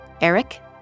Eric